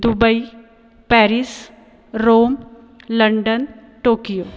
Dubai Paris Rome London Tokyo